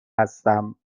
هستم